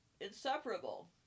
inseparable